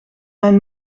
mijn